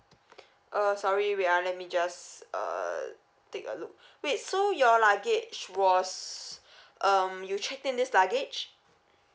uh sorry wait ah let me just uh take a look wait so your luggage was um you checked in this luggage